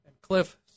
Cliff